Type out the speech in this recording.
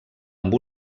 amb